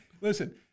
listen